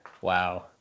Wow